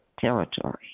territory